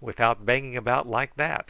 without banging about like that